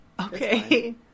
Okay